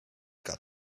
got